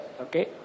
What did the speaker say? okay